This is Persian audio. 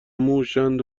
موشاند